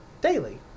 daily